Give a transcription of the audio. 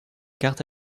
cartes